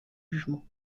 jugement